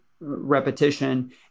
repetition